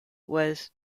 was